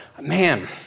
man